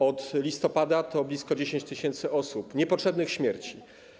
Od listopada to blisko 10 tys. osób, niepotrzebnych śmierci.